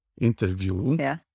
interview